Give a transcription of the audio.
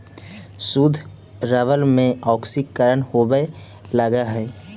शुद्ध रबर में ऑक्सीकरण होवे लगऽ हई